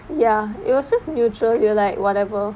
ya it was just neutral you or like whatever